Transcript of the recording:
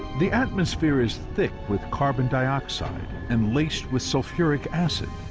the atmosphere is thick with carbon dioxide and laced with sulfuric acid,